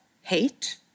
hate